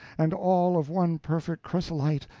and all of one perfect chrysolite,